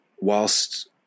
whilst